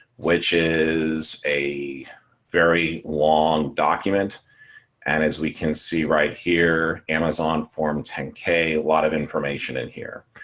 which is a very long document and as we can see right here, amazon form ten k a lot of information in here.